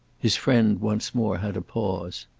his friend once more had a pause.